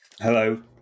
Hello